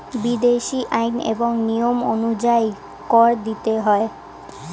বিদেশী আইন এবং নিয়ম অনুযায়ী কর দিতে হয়